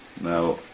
Now